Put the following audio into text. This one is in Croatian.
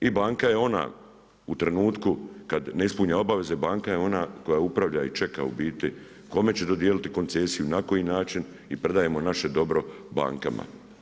I banka je ona u trenutku kada ne ispuni obaveze banka je ona koja upravlja i čeka u biti kome će dodijeliti koncesiju, na koji način i predajemo naše dobro bankama.